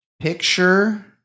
picture